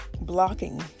blocking